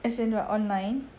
as in what online